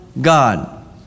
God